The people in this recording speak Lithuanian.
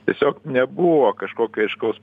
tiesiog nebuvo kažkokio aiškaus